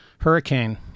hurricane